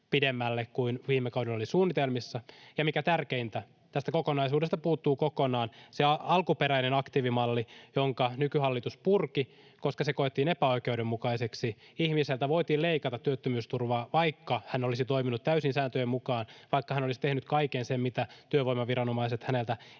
kuin viime kaudella oli suunnitelmissa. Ja mikä tärkeintä, tästä kokonaisuudesta puuttuu kokonaan se alkuperäinen aktiivimalli, jonka nykyhallitus purki, koska se koettiin epäoikeudenmukaiseksi: Ihmiseltä voitiin leikata työttömyysturvaa, vaikka hän olisi toiminut täysin sääntöjen mukaan. Vaikka hän olisi tehnyt kaiken sen, mitä työvoimaviranomaiset häneltä edellyttävät,